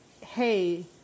Hey